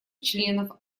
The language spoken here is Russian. членов